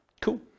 Cool